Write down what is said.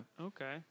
Okay